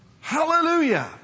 Hallelujah